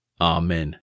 Amen